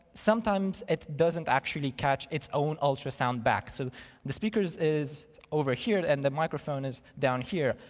sometimes it doesn't actually catch its own ultrasound back, so the speaker is is over here and the microphone is down here.